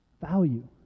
Value